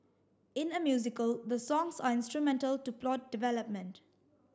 in a musical the songs are instrumental to plot development